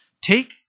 Take